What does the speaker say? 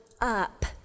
up